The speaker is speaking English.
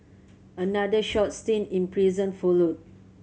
another short stint in prison followed